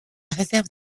réserve